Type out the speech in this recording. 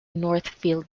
northfield